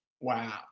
Wow